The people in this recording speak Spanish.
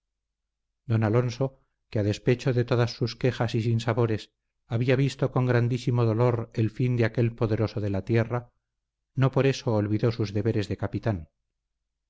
don alonso que a despecho de todas sus quejas y sinsabores había visto con grandísimo dolor el fin de aquel poderoso de la tierra no por eso olvidó sus deberes de capitán